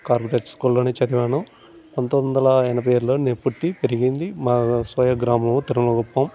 corporate స్కూల్లోనే చదివాను పంతొమిది వందల ఎనభై ఏడులో నేను పుట్టి పెరిగింది మా సోయగ్రామం తిరువణుగుప్ప